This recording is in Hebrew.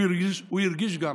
הוא הרגיש גם